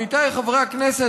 עמיתיי חברי הכנסת,